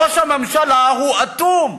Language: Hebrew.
ראש הממשלה, הוא אטום.